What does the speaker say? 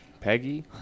Peggy